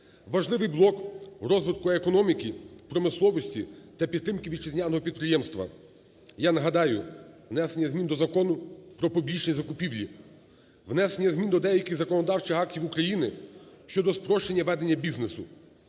Важливий блок у розвитку економіки, промисловості та підтримки вітчизняного підприємства. Я нагадаю, внесення змін до Закону про публічні закупівлі, внесення змін до деяких законодавчих актів України щодо спрощення ведення бізнесу,